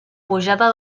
pujada